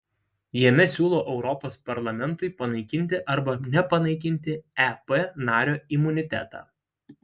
jame siūlo europos parlamentui panaikinti arba nepanaikinti ep nario imunitetą